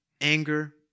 anger